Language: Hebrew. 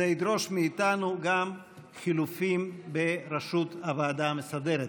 זה ידרוש מאיתנו גם חילופים בראשות הוועדה המסדרת,